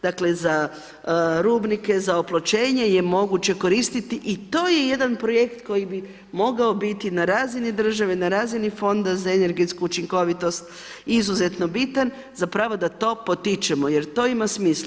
Dakle za rubnike za opločenje je moguće koristiti i to je jedan projekt koji bi mogao biti na razini države, na razini fonda za energetsku učinkovitost izuzetno bitan, zapravo da to potičemo, jer to ima smisla.